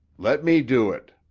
let me do it.